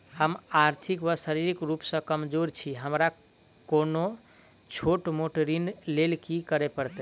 हम आर्थिक व शारीरिक रूप सँ कमजोर छी हमरा कोनों छोट मोट ऋण लैल की करै पड़तै?